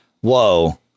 whoa